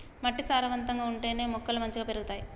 మట్టి సారవంతంగా ఉంటేనే మొక్కలు మంచిగ పెరుగుతాయి